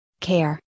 care